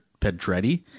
Pedretti